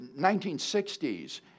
1960s